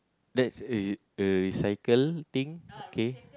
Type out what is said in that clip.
that's eh a recycle thing